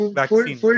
vaccine